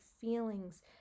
feelings